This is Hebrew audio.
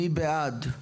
מי בעד,